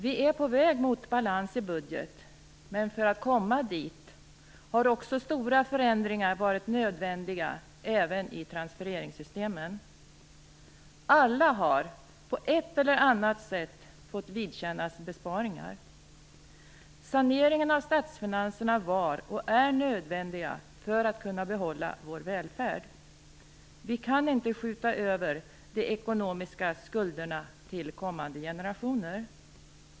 Vi är på väg mot balans i budgeten, men för att komma dit har också stora förändringar varit nödvändiga även i transfereringssystemen. Alla har på ett eller annat sätt fått vidkännas besparingar. Saneringen av statsfinanserna var och är nödvändig för att kunna behålla vår välfärd. Vi kan inte skjuta över de ekonomiska skulderna till kommande generationer.